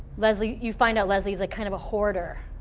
leslie, you find out leslie's like kind of a hoarder,